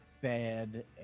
fed